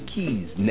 Keys